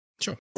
sure